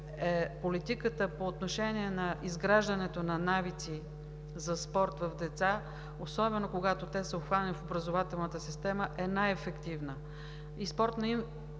политиката по отношение на изграждането на навици за спорт в деца, особено когато те са обхванати в образователната система, е най-ефективна. Вярно е,